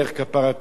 כפרתך,